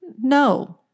No